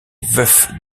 veuf